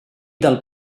del